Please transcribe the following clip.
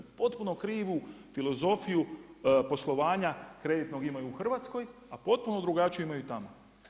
Potpuno krivu filozofiju poslovanja kreditnog imaju u Hrvatskoj, a potpuno drugačiju imaju tamo.